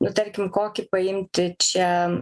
nu tarkim kokį paimti čia